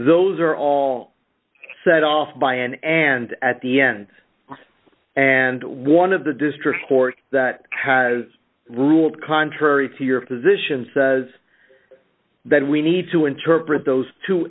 those are all set off by an end at the end and one of the district court that has ruled contrary to your position says that we need to interpret those t